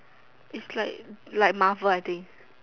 is like like Marvel I think